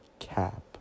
cap